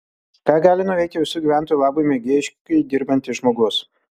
ką gali nuveikti visų gyventojų labui mėgėjiškai dirbantis žmogus